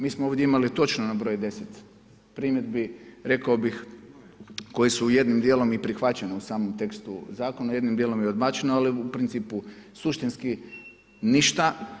Mi smo ovdje imali točno na broj 10 primjedbi, rekao bih koji su jednim dijelom i prihvaćene u samom tekstu zakona, jednim dijelom je odbačeno ali u principu suštinski ništa.